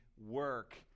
work